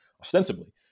ostensibly